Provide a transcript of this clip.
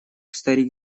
старик